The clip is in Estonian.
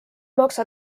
maksa